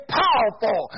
powerful